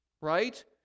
right